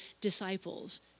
disciples